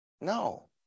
No